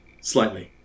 Slightly